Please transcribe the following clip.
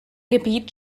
gebiet